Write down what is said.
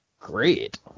great